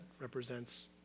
represents